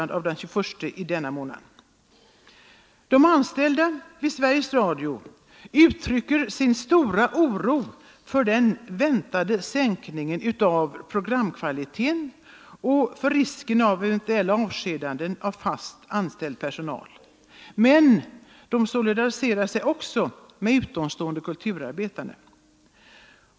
De anställda vid Sveriges Radio uttrycker sin stora oro för den väntade sänkningen av programkvaliteten och risken för eventuella avskedanden av fast anställd personal, men de solidariserar sig också med utomstående kulturarbetare.